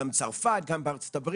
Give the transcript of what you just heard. גם בצרפת, גם בארצות הברית.